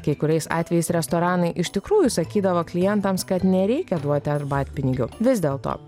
kai kuriais atvejais restoranai iš tikrųjų sakydavo klientams kad nereikia duoti arbatpinigių vis dėlto